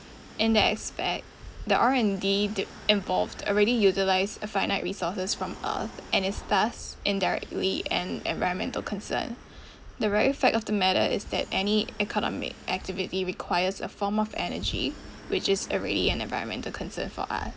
in the aspect the R&D do~ involved already utilise a finite resources from earth and is thus indirectly and environmental concern the very fact of the matter is that any economic activity requires a form of energy which is already an environmental concern for